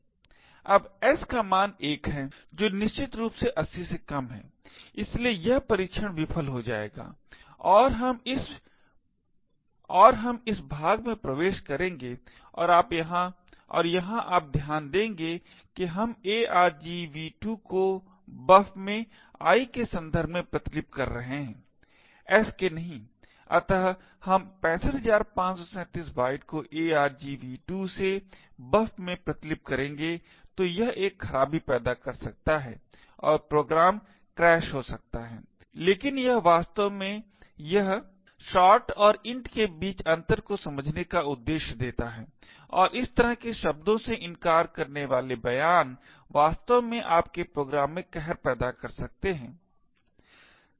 अब s का मान 1 है जो निश्चित रूप से 80 से कम है इसलिए यह परीक्षण विफल हो जाएगा और हम इस भाग में प्रवेश करेंगे और यहाँ आप ध्यान देंगे कि हम argv2 को buf में i के सन्दर्भ में प्रतिलिपि कर रहे हैं s के नहीं अत हम 65537 बाइट को argv2 से buf में प्रतिलिपि करेंगे तो यह एक खराबी पैदा कर सकता है और प्रोग्राम क्रैश हो सकता है लेकिन यह वास्तव में यह शोर्ट और इंट के बीच अंतर को समझने का उद्देश्य देता है और इस तरह के शब्दों से इनकार करने वाले बयान वास्तव में आपके प्रोग्राम में कहर पैदा कर सकते हैं